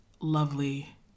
lovely